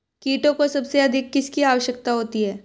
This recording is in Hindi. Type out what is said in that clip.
कीटों को सबसे अधिक किसकी आवश्यकता होती है?